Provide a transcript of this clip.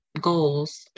goals